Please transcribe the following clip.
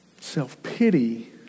self-pity